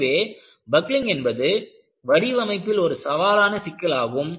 எனவே பக்லிங் என்பது வடிவமைப்பில் ஒரு சவாலான சிக்கலாகும்